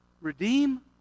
redeem